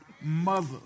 mother